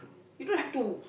you don't have to